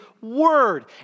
Word